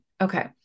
okay